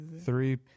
Three